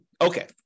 Okay